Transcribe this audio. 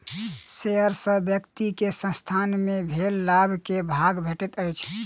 share सॅ व्यक्ति के संसथान मे भेल लाभ के भाग भेटैत अछि